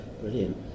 Brilliant